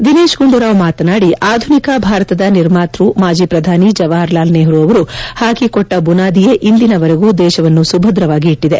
ದಿನೇತ್ ಗುಂಡೂರಾವ್ ಮಾತನಾಡಿ ಆಧುನಿಕ ಭಾರತದ ನಿರ್ಮಾತ್ಸ ಮಾಜಿ ಪ್ರಧಾನಿ ಜವಾಹರಲಾಲ್ ನೆಹರೂ ಅವರು ಪಾಕಿಕೊಟ್ಟ ಬುನಾದಿಯೇ ಇಂದಿನವರೆಗೂ ದೇಶವನ್ನು ಸುಭದ್ರವಾಗಿ ಇಟ್ಷದೆ